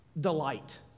delight